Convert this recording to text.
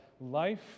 life